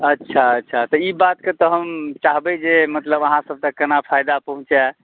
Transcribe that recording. अच्छा अच्छा तऽ ई बातके तऽ हम चाहबै जे मतलब अहाँसभके केना फयदा पहुँचै